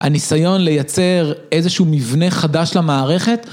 הניסיון לייצר איזשהו מבנה חדש למערכת.